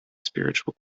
spiritual